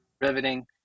riveting